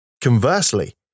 Conversely